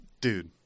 Dude